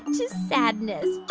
to sadness